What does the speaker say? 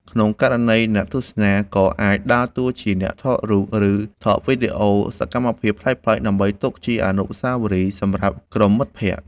ក្នុងករណីខ្លះ អ្នកទស្សនាក៏អាចដើរតួជាអ្នកថតរូប ឬថតវីដេអូសកម្មភាពប្លែកៗ ដើម្បីទុកជាអនុស្សាវរីយ៍សម្រាប់ក្រុមមិត្តភក្តិ។